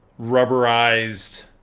rubberized